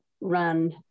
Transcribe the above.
run